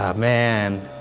um man.